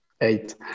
eight